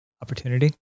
opportunity